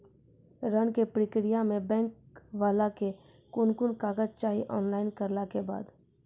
ऋण के प्रक्रिया मे बैंक वाला के कुन कुन कागज चाही, ऑनलाइन करला के बाद?